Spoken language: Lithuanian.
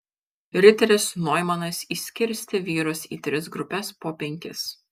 riteris noimanas išskirstė vyrus į tris grupes po penkis